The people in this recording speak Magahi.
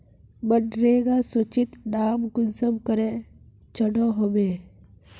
मनरेगा सूचित नाम कुंसम करे चढ़ो होबे?